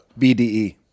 BDE